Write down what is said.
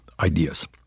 ideas